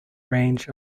range